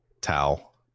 towel